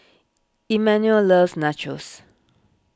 Emanuel loves Nachos